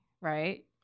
Right